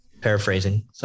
Paraphrasing